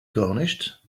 garnished